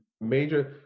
major